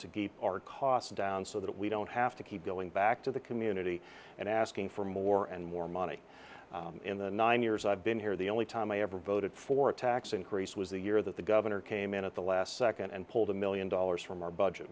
get our costs down so that we don't have to keep going back to the community and asking for more and more money in the nine years i've been here the only time i ever voted for a tax increase was the year that the governor came in at the last second and pulled a million dollars from our budget